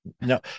No